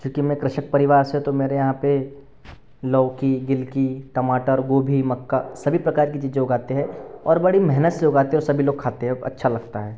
चूँकि मैं कृषक परिवार से तो मेरे यहाँ पर लौकी गिलकी टमाटर गोभी मक्का सभी प्रकार की चीजें उगाते हैं और बड़ी मेहनत से उगाते हैं और सभी लोग खाते हैं अच्छा लगता है